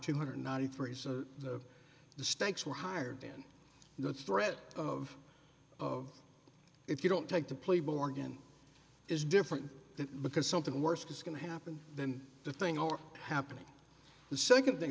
two hundred and ninety three so the stakes were higher than the threat of of if you don't take the play borgen is different because something worse is going to happen than the thing or happening the nd thing